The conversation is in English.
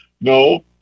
no